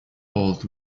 old